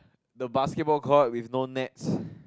the basketball court with no nets